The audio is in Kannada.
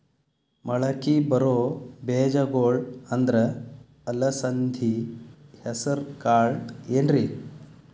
ಮಳಕಿ ಬರೋ ಬೇಜಗೊಳ್ ಅಂದ್ರ ಅಲಸಂಧಿ, ಹೆಸರ್ ಕಾಳ್ ಏನ್ರಿ?